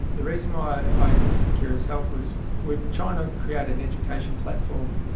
the reason why i enlisted kirra's help was we are trying to create an educational platform,